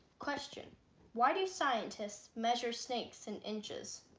question why do scientists measure snakes and inches